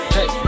Hey